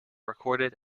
recorded